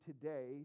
today